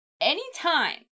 anytime